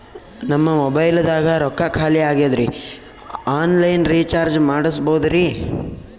ನನ್ನ ಮೊಬೈಲದಾಗ ರೊಕ್ಕ ಖಾಲಿ ಆಗ್ಯದ್ರಿ ಆನ್ ಲೈನ್ ರೀಚಾರ್ಜ್ ಮಾಡಸ್ಬೋದ್ರಿ?